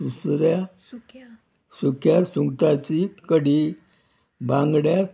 सऱ्या सुक्या सुंगटाची कडी बांगड्या